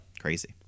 Crazy